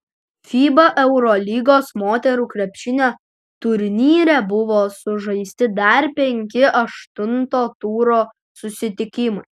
fiba eurolygos moterų krepšinio turnyre buvo sužaisti dar penki aštunto turo susitikimai